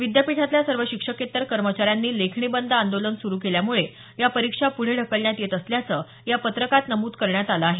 विद्यापीठातल्या सर्व शिक्षकेत्तर कर्मचाऱ्यांनी लेखणीबंद आंदोलन सुरु केल्यामुळे या परीक्षा पुढे ढकलण्यात येत असल्याचं या पत्रकात नमूद करण्यात आल आहे